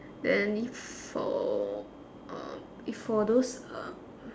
then if for um if for those uh